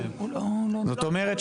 זאת אומרת,